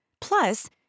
Plus